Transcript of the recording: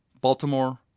Baltimore